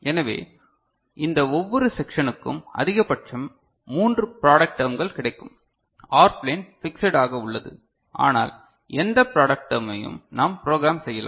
எனவே இந்த ஒவ்வொரு செக்ஷனுக்கும் அதிகபட்சம் மூன்று ப்ராடெக்ட் டேர்ம்கள் கிடைக்கும் OR ப்ளேன் ஃபிக்ஸட் ஆக உள்ளது ஆனால் எந்த ப்ராடெக்ட் டேர்மையும் நாம் ப்ரோக்ராம் செய்யலாம்